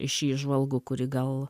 iš įžvalgų kuri gal